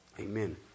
Amen